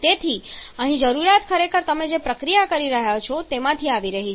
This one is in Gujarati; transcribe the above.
તેથી અહીં જરૂરિયાત ખરેખર તમે જે પ્રક્રિયા કરી રહ્યા છો તેમાંથી આવી રહી છે